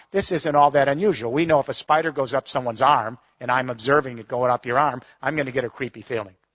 this isn't all that unusual. we know if a spider goes up someone's arm, and i'm observing it going up your arm, i'm gonna get a creepy feeling.